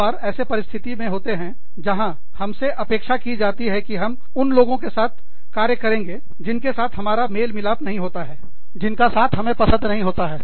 बहुत बार हम ऐसे परिस्थिति में होते हैं जहां हमसे अपेक्षा की जाती है कि हम उन लोगों के साथ कार्य करेंगे जिनके साथ हमारा मेल मिलाप नहीं होता है जिनका साथ हमें पसंद नहीं होता है